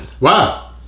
Wow